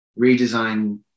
redesign